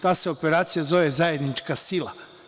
Ta se operacija zove „zajednička sila“